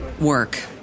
work